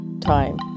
time